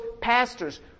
pastors